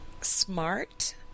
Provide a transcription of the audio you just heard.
smart